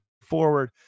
forward